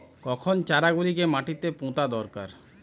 কখন চারা গুলিকে মাটিতে পোঁতা দরকার?